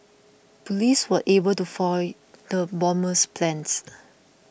police were able to foil the bomber's plans